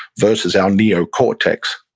versus our neocortex,